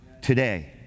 today